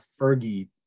Fergie